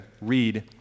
read